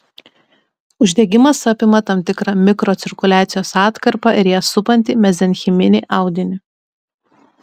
uždegimas apima tam tikrą mikrocirkuliacijos atkarpą ir ją supantį mezenchiminį audinį